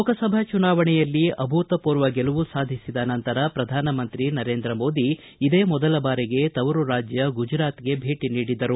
ಲೋಕಸಭಾ ಚುನಾವಣೆಯಲ್ಲಿ ಅಭೂತಪೂರ್ವ ಗೆಲುವು ಸಾಧಿಸಿದ ನಂತರ ಪ್ರಧಾನಮಂತ್ರಿ ನರೇಂದ್ರ ಮೋದಿ ಇದೇ ಮೊದಲ ಬಾರಿಗೆ ತವರು ರಾಜ್ಯ ಗುಜರಾತಗೆ ಭೇಟಿ ನೀಡಿದ್ದರು